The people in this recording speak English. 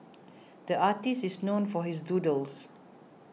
the artist is known for his doodles